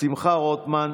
שמחה רוטמן,